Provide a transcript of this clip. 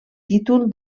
títol